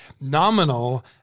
nominal